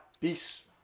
peace